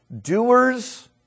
Doers